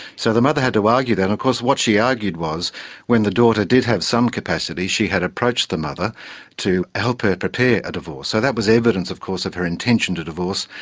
so the mother had to argue then and of course what she argued was when the daughter did have some capacity she had approached the mother to help her prepare a divorce. so that was evidence of course of her intention to divorce,